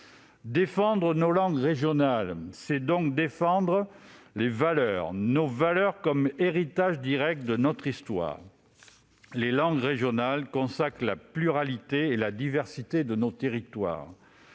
Défendre nos langues régionales, c'est donc défendre nos valeurs, comme héritage direct de notre histoire. Les langues régionales consacrent la pluralité et la diversité de nos territoires.